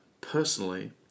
personally